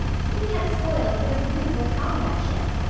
he had spoiled their beautiful comradeship.